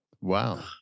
Wow